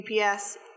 UPS